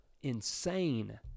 Insane